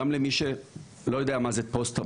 גם למי שלא יודע מה זה טראומה.